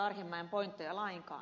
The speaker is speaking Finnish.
arhinmäen pointteja lainkaan